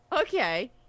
okay